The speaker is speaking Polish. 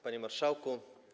Panie Marszałku!